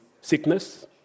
sickness